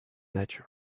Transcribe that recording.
nature